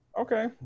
Okay